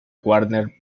warner